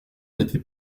n’était